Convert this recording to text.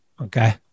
Okay